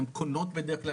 הן קונות בדרך כלל,